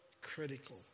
critical